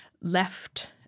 left